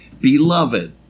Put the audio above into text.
Beloved